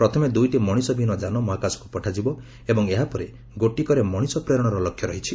ପ୍ରଥମେ ଦୁଇଟି ମଣିଷବିହୀନ ଯାନ ମହାକାଶକୁ ପଠାଯିବ ଏବଂ ଏହାପରେ ଗୋଟିକରେ ମଣିଷ ପ୍ରେରଣର ଲକ୍ଷ୍ୟ ରହିଛି